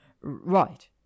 Right